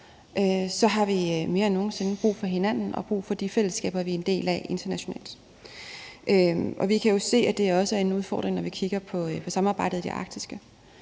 har vi mere end nogen sinde brug for hinanden og brug for de fællesskaber, vi en del af internationalt. Vi kan jo se, at det også er en udfordring, når vi kigger på samarbejdet i det arktiske,